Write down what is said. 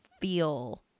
feel